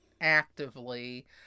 actively